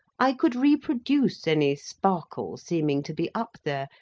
i could reproduce any sparkle seeming to be up there,